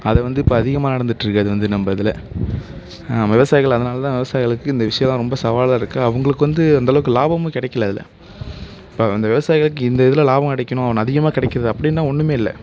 அது வந்து இப்போ அதிகமாக நடந்துட்டுருக்குது அது வந்து நம்ப இதில் விவசாயிகள் அதனால் தான் விவசாயிகளுக்கு இந்த விஷயம்லாம் ரொம்ப சவாலாக இருக்குது அவங்களுக்கு வந்து அந்தளவுக்கு லாபமும் கிடைக்கல அதில் இப்போ அந்த விவசாயிகளுக்கு இந்த இதில் லாபம் கிடைக்கணும் அதிகமாக கிடைக்கிறது அப்படின்லாம் ஒன்றுமே இல்லை